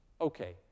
Okay